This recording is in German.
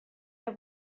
der